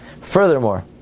Furthermore